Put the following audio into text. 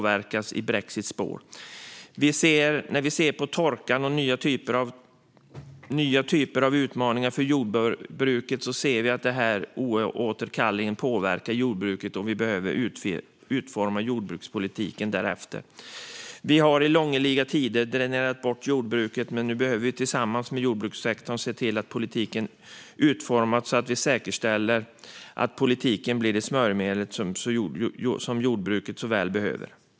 Vi ser torkan och nya typer av utmaningar som oåterkalleligen påverkar jordbruket, och vi behöver utforma jordbrukspolitiken därefter. Vi har under lång tid dränerat bort jordbruket, men nu behöver vi tillsammans med jordbrukssektorn se till att politiken utformas så att vi säkerställer att den blir det smörjmedel som jordbruket så väl behöver.